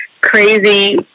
crazy